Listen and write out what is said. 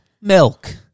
milk